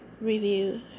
review